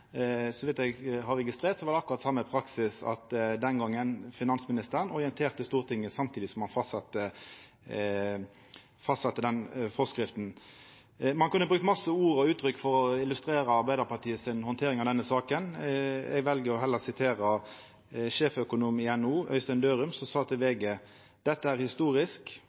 Så vidt eg har registrert, var det akkurat same praksis den gongen, at finansministeren orienterte Stortinget samtidig som ein fastsette forskrifta. Ein kunne brukt mange ord og uttrykk for å illustrera Arbeidarpartiets handtering av denne saka. Eg vel heller å sitera sjeføkonom i NHO, Øystein Dørum, som sa til VG: «Dette er historisk: